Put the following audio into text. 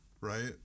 right